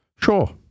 Sure